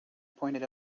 pointed